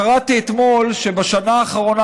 קראתי אתמול שבשנה האחרונה,